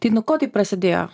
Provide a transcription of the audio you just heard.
tai nuo ko tai prasidėjo